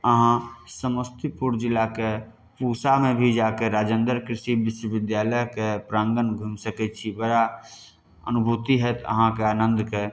अहाँ समस्तीपुर जिलाके पूसामे भी जाके राजेंदर कृषि विश्वविद्यालयके प्रांगण घुमि सकै छी बड़ा अनुभूति होयत अहाँके आनन्दके